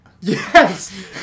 Yes